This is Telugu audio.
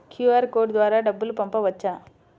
క్యూ.అర్ కోడ్ ద్వారా డబ్బులు పంపవచ్చా?